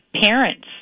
parents